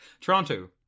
Toronto